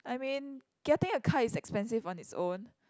I mean getting a car is expensive on it's own